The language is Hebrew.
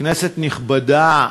כנסת נכבדה,